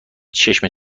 چشم